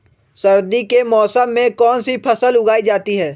सर्दी के मौसम में कौन सी फसल उगाई जाती है?